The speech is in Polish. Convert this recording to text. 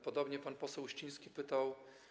Podobnie pan poseł Uściński pytał.